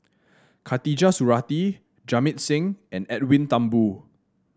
Khatijah Surattee Jamit Singh and Edwin Thumboo